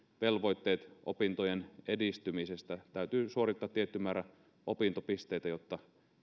velvoitteet opintojen edistymisestä täytyy suorittaa tietty määrä opintopisteitä jotta